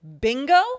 bingo